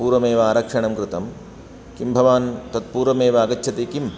पूर्वमेव आरक्षणं कृतम् किं भवान् तत् पूर्वमेव आगच्छति किम्